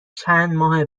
چندماه